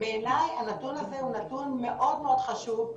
בעיניי הנתון הזה הוא נתון מאוד מאוד חשוב,